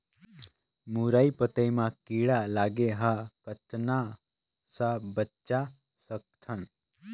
मुरई पतई म कीड़ा लगे ह कतना स बचा सकथन?